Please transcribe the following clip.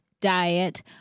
diet